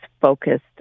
focused